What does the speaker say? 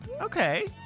Okay